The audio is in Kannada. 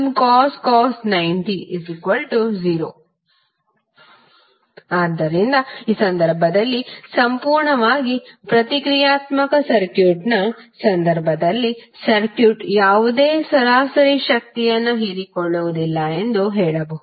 ಸರಾಸರಿ ಶಕ್ತಿ P P12VmImcos 90 0 ಆದ್ದರಿಂದ ಈ ಸಂದರ್ಭದಲ್ಲಿ ಸಂಪೂರ್ಣವಾಗಿ ಪ್ರತಿಕ್ರಿಯಾತ್ಮಕ ಸರ್ಕ್ಯೂಟ್ನ ಸಂದರ್ಭದಲ್ಲಿ ಸರ್ಕ್ಯೂಟ್ ಯಾವುದೇ ಸರಾಸರಿ ಶಕ್ತಿಯನ್ನು ಹೀರಿಕೊಳ್ಳುವುದಿಲ್ಲ ಎಂದು ಹೇಳಬಹುದು